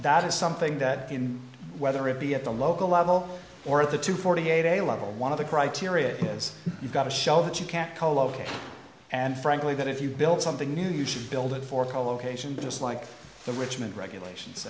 that is something that in whether it be at the local level or at the two forty eight a level one of the criteria is you've got to show that you can't co located and frankly that if you build something new you should build it for co location just like the richmond regulations